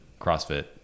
CrossFit